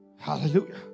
Hallelujah